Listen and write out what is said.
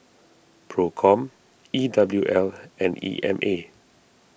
Procom E W L and E M A